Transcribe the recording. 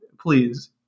Please